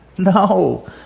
No